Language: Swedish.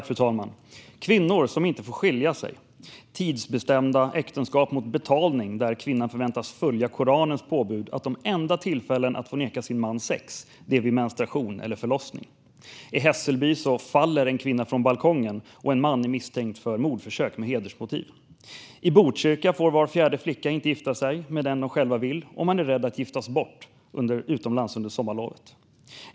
Fru talman! Vi hör om kvinnor som inte får skilja sig och om tidsbestämda äktenskap mot betalning där kvinnan förväntas följa Koranens påbud att de enda tillfällen de får neka sin man sex är vid menstruation och direkt efter en förlossning. I Hässelby faller en kvinna från en balkong, och en man är misstänkt för mordförsök med hedersmotiv. I Botkyrka får var fjärde flicka inte gifta sig med den de själva vill gifta sig med, och man är rädd att giftas bort utomlands under sommarlovet.